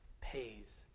pays